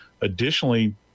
Additionally